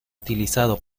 utilizado